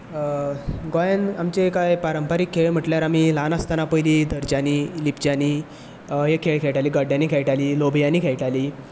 गोंयांत आमचे कांय पारंपारीक खेळ म्हणटल्यार आमी ल्हान आसतना पयलीं धरच्यांनी लिपच्यांनी हे खेळ खेळटालीं गड्ड्यांनी खेळटालीं लोबयांनी खेळटालीं